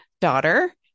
daughter